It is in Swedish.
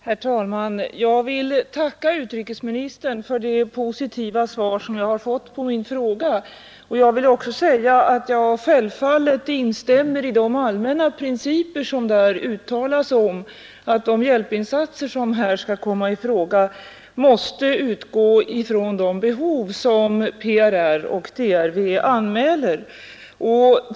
Herr talman! Jag tackar utrikesministern för det positiva svar som jag har fått på min fråga. Självfallet instämmer jag i de allmänna principer som där uttalas om att de hjälpinsatser som här skall komma i fråga måste utgå ifrån de behov som PRR och DRV anmäler.